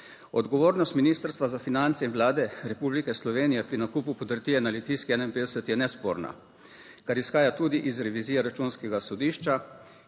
Odgovornost ministrstva za finance in Vlade Republike Slovenije pri nakupu podrtije na Litijski 51 je nesporna, kar izhaja tudi iz revizije Računskega sodišča,